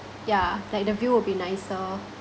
yeah like the view will be nicer